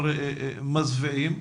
מזוויעים.